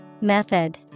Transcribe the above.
Method